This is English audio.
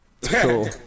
Cool